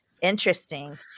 Interesting